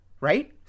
right